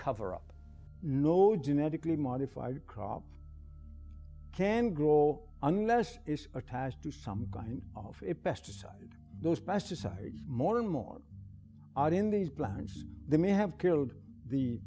cover up no genetically modified crop can grow unless it's attached to some kind of a pesticide those pesticides more and more are in these plants they may have killed the